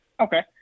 Okay